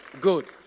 Good